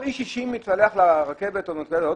כל איש שלישי מתפתח לרכבת או לאוטובוס?